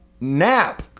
nap